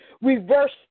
reverse